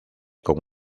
con